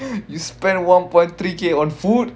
you spend one point three K on food